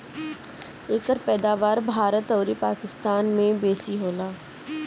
एकर पैदावार भारत अउरी पाकिस्तान में बेसी होला